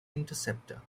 interceptor